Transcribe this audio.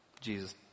Jesus